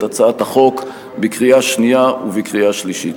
הצעת החוק בקריאה שנייה ובקריאה שלישית.